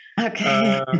Okay